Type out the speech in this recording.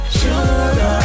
sugar